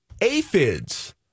aphids